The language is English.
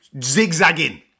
zigzagging